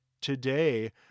today